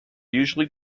usually